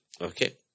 Okay